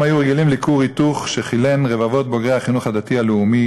הם היו רגילים לכור היתוך שחילן רבבות בוגרי החינוך הדתי הלאומי,